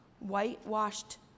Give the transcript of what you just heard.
whitewashed